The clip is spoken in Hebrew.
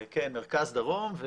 כן, מרכז דרום.